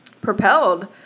propelled